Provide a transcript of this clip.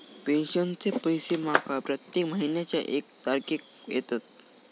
पेंशनचे पैशे माका प्रत्येक महिन्याच्या एक तारखेक येतत